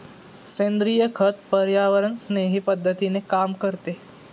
सेंद्रिय खत पर्यावरणस्नेही पद्धतीने काम करते